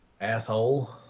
Asshole